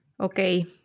Okay